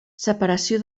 separació